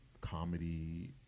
comedy